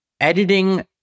editing